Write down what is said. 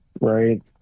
right